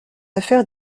affaire